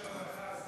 אני חושב שרווחה.